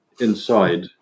inside